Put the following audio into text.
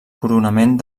coronament